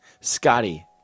Scotty